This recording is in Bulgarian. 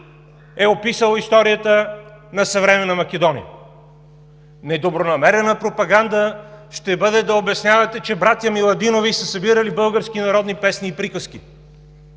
е описал историята на съвременна Македония. Недобронамерена пропаганда ще бъде да обяснявате, че братя Миладинови са събирали български народни песни и приказки.